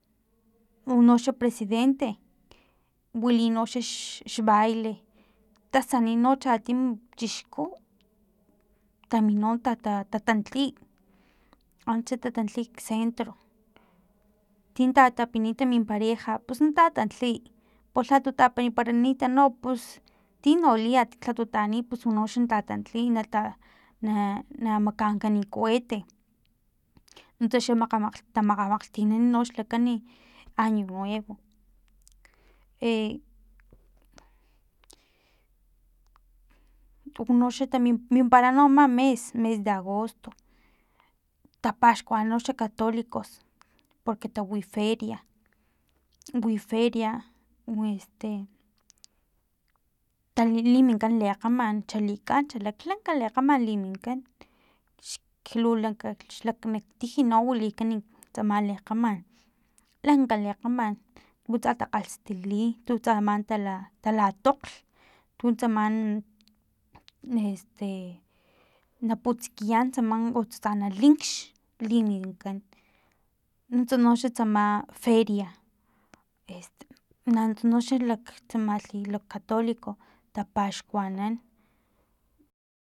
Unoxa presidente wilinoxa xbaile tasani no chatim chixku taminino tatantli antsa ta tantli kcentro tin tatapinita min pareja pus na tatantliy paja tapinparanita no pus tino liat lhatu ta anit pus unoxa tatantliy i nata a na makankan cuete nuntsa xa ta makgamakgtinan xlakani año nuevo e tunoxa mimpara ama mes mes de agosto tapaxkuanan noxa katolicos porque tawi feria wi feri este liminkan lekgaman xalikan xalaklank lekgaman liminkan xlu lanka xlakni tiji no wilikan tsamal lekgaman lanka lekgaman utsa takgastili tutsa man latokglh tutsa man este na putsikiyan tsama o tsaman na linkxliminkan nuntsa noxa tsama feri este nanuntsa no xa tsama lila catolico tapaxkuanan